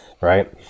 right